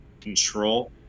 control